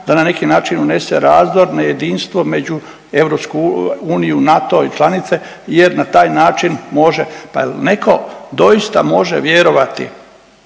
da na neki način unese razdor na jedinstvo među EU, NATO i članice jer na taj način može, pa je l' neko doista može vjerovati,